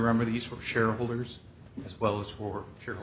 remedies for shareholders as well as for